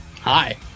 Hi